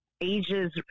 ages